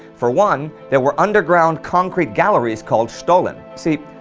for one, there were underground concrete galleries called stollen. see,